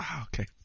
okay